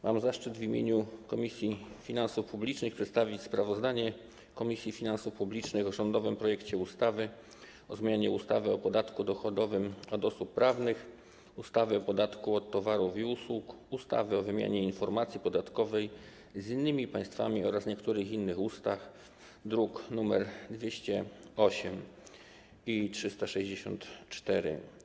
Mam zaszczyt w imieniu Komisji Finansów Publicznych przedstawić sprawozdanie Komisji Finansów Publicznych o rządowym projekcie ustawy o zmianie ustawy o podatku dochodowym od osób prawnych, ustawy o podatku od towarów i usług, ustawy o wymianie informacji podatkowych z innymi państwami oraz niektórych innych ustaw, druki nr 208 i 364.